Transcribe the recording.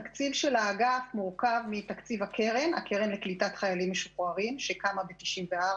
התקציב של האגף מורכב מתקציב הקרן לקליטת חיילים משוחררים שקמה ב-1994,